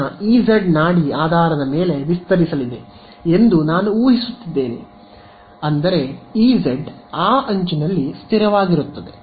ನನ್ನ ಇಜೆಡ್ ನಾಡಿ ಆಧಾರದ ಮೇಲೆ ವಿಸ್ತರಿಸಲಿದೆ ಎಂದು ನಾನು ಊಹಿಸುತ್ತಿದ್ದೇನೆ ಅಂದರೆ ಇಜೆಡ್ ಆ ಅಂಚಿನಲ್ಲಿ ಸ್ಥಿರವಾಗಿರುತ್ತದೆ